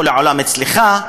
כל העולם אצלך,